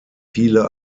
viele